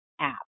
app